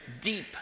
deep